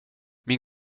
min